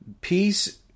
Peace